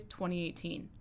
2018